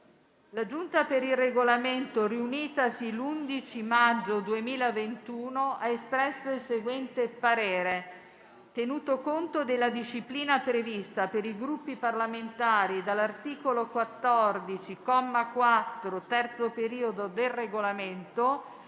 la Giunta per il Regolamento, riunitasi l'11 maggio 2021, ha espresso il seguente parere: «Tenuto conto della disciplina prevista per i Gruppi parlamentari dall'articolo 14, comma 4, terzo periodo, del Regolamento,